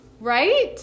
Right